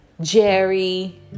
jerry